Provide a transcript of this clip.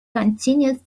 continues